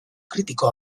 kritiko